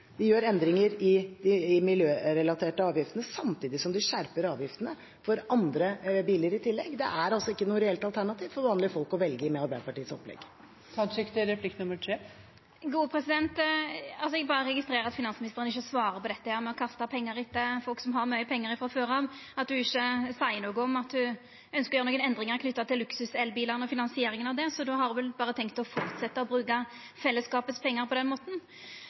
De gjør endringer i de miljørelaterte avgiftene samtidig som de skjerper avgiftene for andre biler i tillegg. Det er altså ikke noe reelt alternativ for vanlige folk å velge med Arbeiderpartiets opplegg. Eg registrerer berre at finansministeren ikkje svarer på det med å kasta pengar etter folk som har mykje pengar frå før av, at ho ikkje seier noko om at ho ønskjer å gjera nokon endringar knytte til luksuselbilar og finansieringa av det. Så då har ho vel tenkt å fortsetja å bruka fellesskapet sine pengar på den måten.